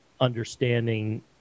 understanding